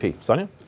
Sonia